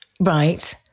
Right